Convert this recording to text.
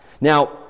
Now